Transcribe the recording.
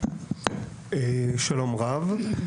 שלום רב.